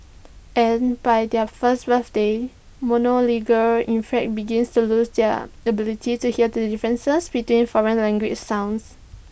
and by their first birthdays monolingual infants begin to lose their ability to hear the differences between foreign language sounds